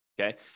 Okay